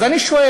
אז אני שואל: